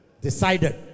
Decided